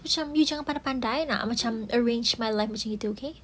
macam you jangan nak pandai-pandai arrange my life macam gitu K